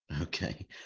okay